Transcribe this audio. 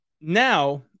now